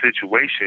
situation